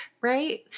Right